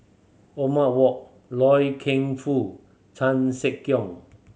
Wok Loy Keng Foo Chan Sek Keong